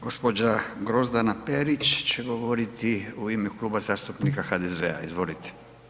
gđa. Grozdana Perić će govori u ime Kluba zastupnika HDZ-a, izvolite.